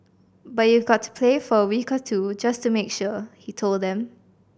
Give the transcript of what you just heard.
but you've got to play for a week or two just to make sure he told them